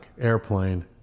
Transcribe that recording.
Airplane